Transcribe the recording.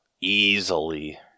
easily